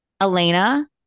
Elena